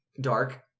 Dark